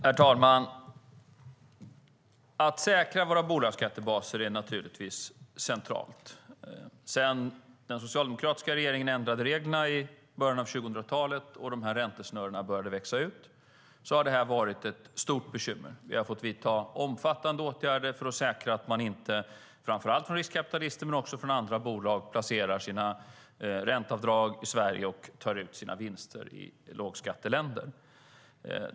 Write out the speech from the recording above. Herr talman! Att säkra våra bolagsskattebaser är centralt. Sedan den socialdemokratiska regeringen ändrade reglerna i början av 2000-talet och räntesnurrorna började växa har detta varit ett stort bekymmer. Vi har fått vidta omfattande åtgärder för att säkra att framför allt riskkapitalbolag men också andra bolag inte placerar sina ränteavdrag i Sverige och tar ut sina vinster i lågskatteländer.